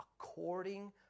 according